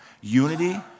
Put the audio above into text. unity